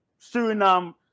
Suriname